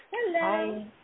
Hello